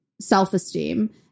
self-esteem